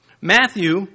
Matthew